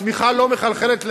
הצמיחה לא מחלחלת למטה,